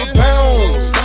pounds